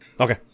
okay